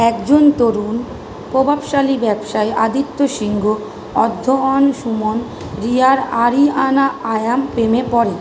একজন তরুণ প্রভাবশালী ব্যবসায়ী আদিত্য সিংহ অধ্যয়ন সুমন রিয়ার আরিয়ানা আয়াম প্রেমে পড়ে